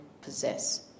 possess